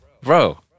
Bro